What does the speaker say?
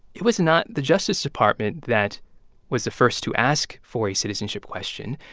it was not the justice department that was the first to ask for a citizenship question.